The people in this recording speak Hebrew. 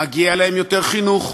מגיע להם יותר חינוך,